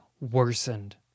worsened